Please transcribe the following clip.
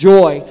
joy